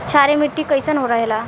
क्षारीय मिट्टी कईसन रहेला?